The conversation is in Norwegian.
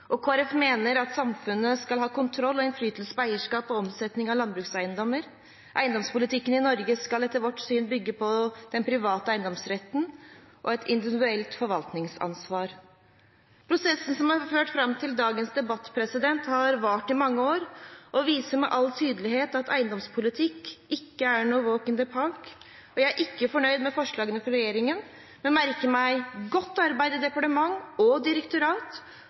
Kristelig Folkeparti mener at samfunnet skal ha kontroll og innflytelse på eierskap og omsetning av landbrukseiendommer. Eiendomspolitikken i Norge skal etter vårt syn bygge på den private eiendomsretten og et individuelt forvaltningsansvar. Prosessen som har ført fram til dagens debatt, har vart i mange år og viser med all tydelighet at eiendomspolitikk ikke er noe «walk in the park». Vi er ikke fornøyd med forslagene fra regjeringen, men merker oss godt arbeid i departement og direktorat,